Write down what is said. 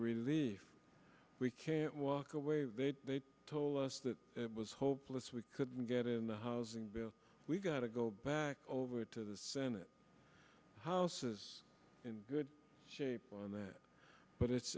relief we can't walk away they told us that it was hopeless we couldn't get in the housing bill we've got to go back over to the senate house is in good shape on that but it's